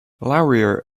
laurier